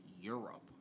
Europe